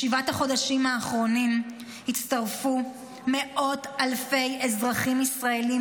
בשבעת החודשים האחרונים הצטרפו מאות אלפי אזרחים ישראלים,